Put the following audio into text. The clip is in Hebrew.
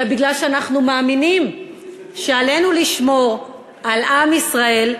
אלא מפני שאנחנו מאמינים שעלינו לשמור על עם ישראל,